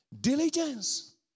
Diligence